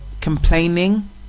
complaining